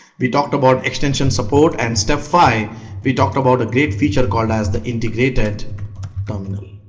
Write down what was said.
we talked about extension support and step five we talked about a great feature called as the integrated terminal.